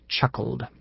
chuckled